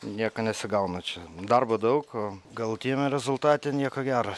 nieko nesigauna čia darbo daug o galutiniame rezultate nieko gero